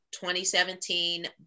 2017